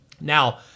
Now